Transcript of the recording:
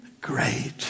great